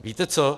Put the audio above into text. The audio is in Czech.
Víte co?